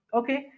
okay